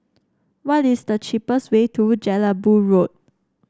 what is the cheapest way to Jelebu Road